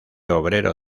obrero